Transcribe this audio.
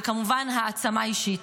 וכמובן העצמה אישית.